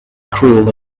cruel